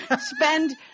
Spend